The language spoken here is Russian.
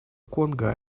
конго